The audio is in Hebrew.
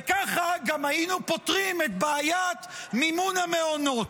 וככה גם היינו פותרים את בעיית מימון המעונות.